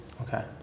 okay